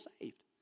saved